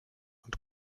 und